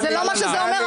זה לא מה שזה אומר,